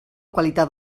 qualitat